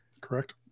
Correct